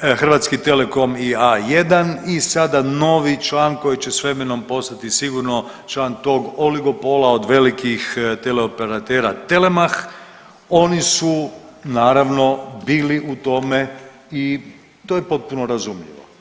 Hrvatski telekom i A1 i sada novi član koji će s vremenom postati sigurno član tog oligopola od velikih teleoperatera Telemach, oni su naravno bili u tome i to je potpuno razumljivo.